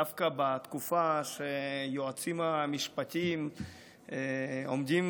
דווקא בתקופה שהיועצים המשפטיים עומדים